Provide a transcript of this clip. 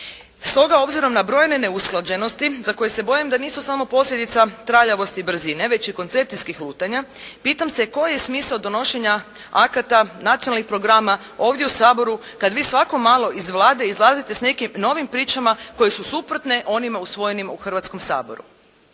Stoga obzirom na brojne neusklađenosti za koje se bojim da nisu samo posljedica traljavosti i brzine već i koncepcijskih lutanja pitam se koji je smisao donošenja akata nacionalnih programa ovdje u Saboru kad vi svako malo iz Vlade izlazite s nekim novim pričama koje su suprotne onima usvojenim u Hrvatskom saboru.